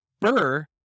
Burr